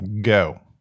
go